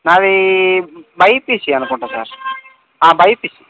నాది బైపీసీ అనుకుంటాను sir BiPC